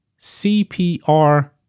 CPR